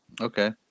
Okay